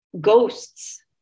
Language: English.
ghosts